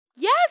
Yes